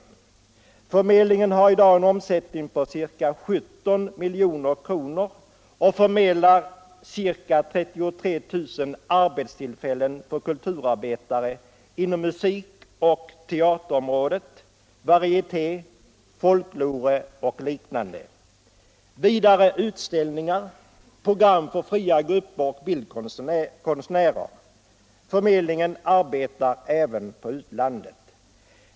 Förmed = arbetsförmedlingen, lingen har i dag en omsättning på ca 17 milj.kr. och förmedlar ca 33000 = m.m. arbetstillfällen för kulturarbetare inom musik och teaterområdet, varieté, folklore, etc. Vidare har man utställningar, program från fria grupper och bildkonstnärer. Förmedlingen arbetar även på utlandet.